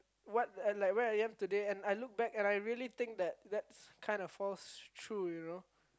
what like where I am today and I look back and I really think that that's kind of false true you know